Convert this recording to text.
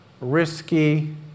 risky